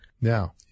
Now